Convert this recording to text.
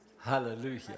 Hallelujah